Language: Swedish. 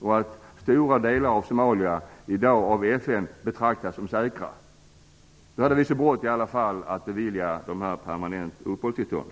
och trots att stora delar av landet betraktas som säkra av FN i dag. Men då hade vi bråttom att bevilja dessa personer permanent uppehållstillstånd.